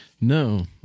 No